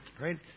Right